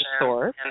source